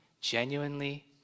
genuinely